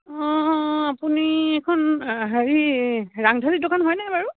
অঁ আপুনি এইখন হেৰি ৰাংঢালী দোকান হয়নে বাৰু